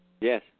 yes